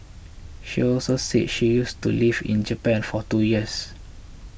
she also said she used to lived in Japan for two years